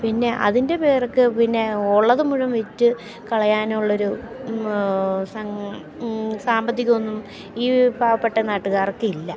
പിന്നെ അതിൻ്റെ പേർക്ക് പിന്നെ ഉള്ളതു മുഴുവൻ വിറ്റ് കളയാനുള്ളൊരു സാമ്പത്തികം ഒന്നും ഈ പാവപ്പെട്ട നാട്ടുകാർക്കില്ല